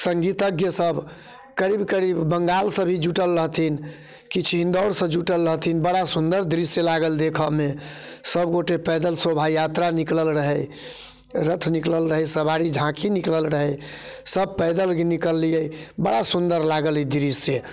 संगीतज्ञसभ करीब करीब बङ्गालसँ भी जुटल रहथिन किछु इन्दौरसँ जुटल रहथिन बड़ा सुन्दर दृश्य लागल देखयमे सभ गोटए पैदल शोभा यात्रा निकलल रहै रथ निकलल रहै सवारी झाँकी निकलल रहै सभ पैदल ही निकललियै बड़ा सुन्दर लागल ई दृश्य